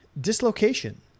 dislocation